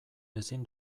ezin